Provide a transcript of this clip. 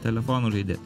telefonu žaidi